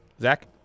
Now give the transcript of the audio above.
Zach